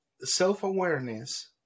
self-awareness